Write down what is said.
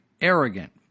arrogant